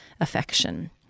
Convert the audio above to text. affection